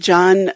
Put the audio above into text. John